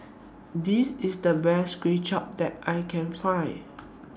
This IS The Best Kuay Chap that I Can Find